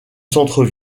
centre